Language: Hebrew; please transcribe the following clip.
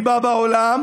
בעולם,